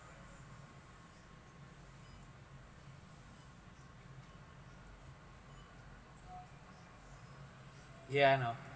yeah I know